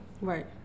right